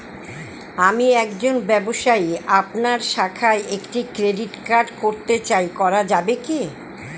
আমি একজন ব্যবসায়ী আপনার শাখায় একটি ক্রেডিট কার্ড করতে চাই করা যাবে কি?